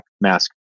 mask